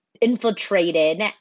infiltrated